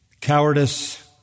cowardice